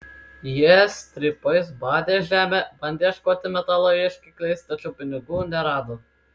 jie strypais badė žemę bandė ieškoti metalo ieškikliais tačiau pinigų nerado